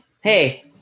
Hey